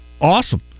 awesome